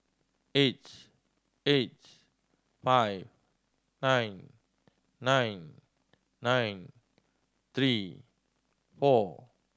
eight eight five nine nine nine three four